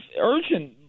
urgent